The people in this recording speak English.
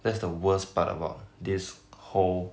that's the worst part about this whole